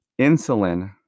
insulin